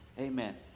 Amen